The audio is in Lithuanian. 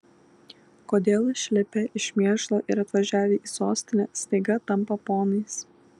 kodėl išlipę iš mėšlo ir atvažiavę į sostinę staiga tampa ponais